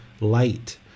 light